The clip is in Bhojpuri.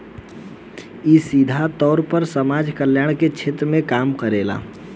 इ सीधा तौर पर समाज कल्याण के क्षेत्र में काम करेला